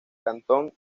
cantón